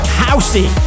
housey